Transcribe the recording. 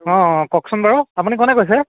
অঁ কওকচোন বাৰু আপুনি কোনে কৈছে